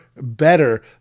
better